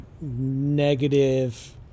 negative